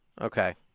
Okay